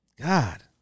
God